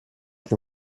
can